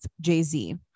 Jay-Z